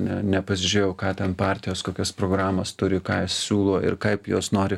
ne nepasižiūrėjau ką ten partijos kokios programos turi ką siūlo ir kaip jos nori